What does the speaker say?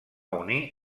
unir